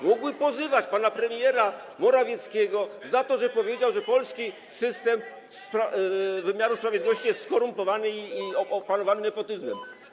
mogły pozywać pana premiera Morawieckiego za to, że powiedział, że polski system wymiaru sprawiedliwości jest skorumpowany i opanowany nepotyzmem?